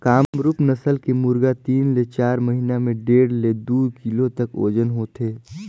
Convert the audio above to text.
कामरूप नसल के मुरगा तीन ले चार महिना में डेढ़ ले दू किलो तक ओजन होथे